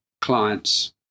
clients